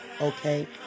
okay